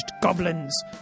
goblins